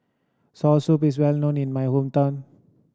soursop is well known in my hometown